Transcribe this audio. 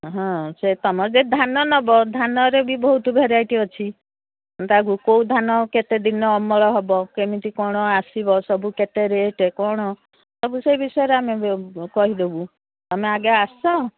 ହଁ ସେ ତମର ଯେ ଧାନ ନେବ ଧାନରେ ବି ବହୁତ ଭେରାଇଟି ଅଛି ତା'କୁ କୋଉ ଧାନ କେତେ ଦିନ ଅମଳ ହେବ କେମିତି କ'ଣ ଆସିବ ସବୁ କେତେ ରେଟ୍ କ'ଣ ସବୁ ସେଇ ବିଷୟରେ ଆମେ କହିଦେବୁ ତମେ ଆଗେ ଆସ